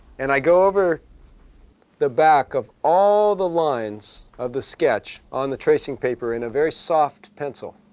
and i go over the back of all the lines of the sketch on the tracing paper in a very soft pencil.